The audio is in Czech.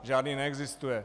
Žádný neexistuje.